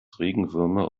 regenwürmer